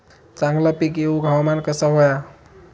चांगला पीक येऊक हवामान कसा होया?